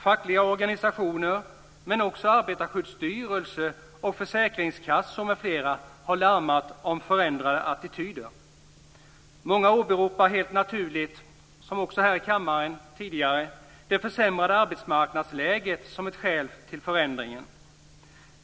Fackliga organisationer men också Arbetarskyddsstyrelsen, försäkringskassor m.fl. har larmat om förändrade attityder. Många åberopar naturligt nog, som tidigare har skett här i kammaren, det försämrade arbetsmarknadsläget som ett skäl till förändringen.